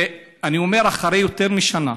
אני אומר: אחרי יותר משנה